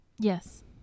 Yes